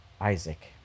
isaac